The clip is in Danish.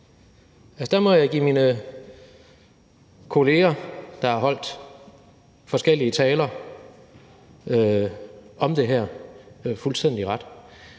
Der må jeg give mine kolleger, der har holdt forskellige taler om det her, fuldstændig ret.